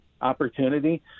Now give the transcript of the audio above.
opportunity